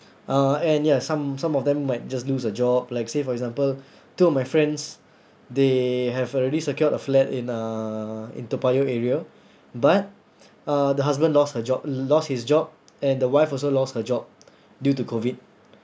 uh and ya some some of them might just lose a job like say for example two my friends they have already secured a flat in uh in toa payoh area but uh the husband lost her job lost his job and the wife also lost her job due to COVID